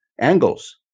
angles